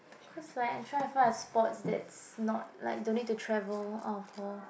because like I try to find a sport that's not like the little travel out of hall